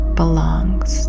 belongs